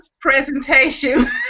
presentation